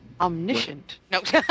Omniscient